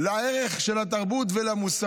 להתיישבות ושיש מקום לערך של התרבות ולמוסריות.